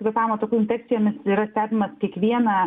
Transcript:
kvėpavimo takų infekcijomis yra stebimas kiekvieną